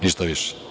Ništa više.